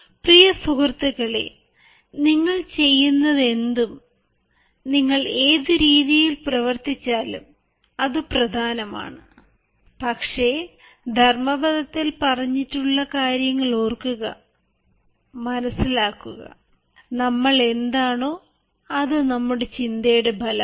പ്രിയ സുഹൃത്തുക്കളെ നിങ്ങൾ ചെയ്യുന്നതെന്തും നിങ്ങൾ ഏത് രീതിയിൽ പ്രവർത്തിച്ചാലും അത് പ്രധാനമാണ് പക്ഷേ ധർമ്മപദത്തിൽ പറഞ്ഞിട്ടുള്ള കാര്യങ്ങൾ ഓർക്കുക മനസ്സിലാക്കുക "നമ്മൾ എന്താണോ അത് നമ്മുടെ ചിന്തയുടെ ഫലമാണ്